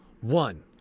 one